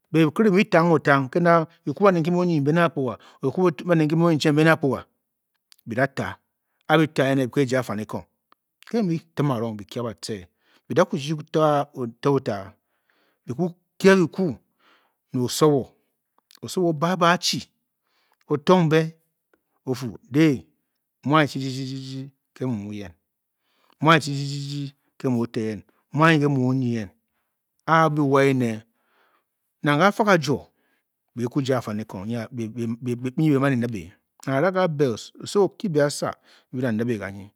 Be bakíirè muu bi tang o tang ke na, kikwu baned nkî mu onyinyi, mbě nè akpuga, kikwu baned nki mu onyicheng mbě nè akpuga bi da a taa, a bci taa ene, byi kwe ja afanikong, nke byi muu, bi-tim anong, byi kia batce be bi kwu kie ki kwu ne osowo, osowo o-ba a be achi o-tong be o-fuu dei, mu anyi chi-chi-chi ke mu muu yen, mu anyi chi chi chi ke muu ote yen a a byi wa a ene, nang ke kafa ka jo, bei kwu ja afanikong nyi byi maan e nibe nang ara nyi a be o øso, okiji be asa nyi bi da ni- bě ganyi